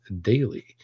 daily